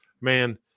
man